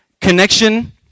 connection